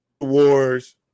Wars